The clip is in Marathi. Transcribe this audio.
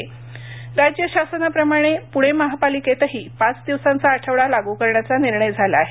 मनपा राज्य शासनाप्रमाणे पुणे महापालिकेतही पाच दिवसांचा आठवडा लागू करण्याचा निर्णय झाला आहे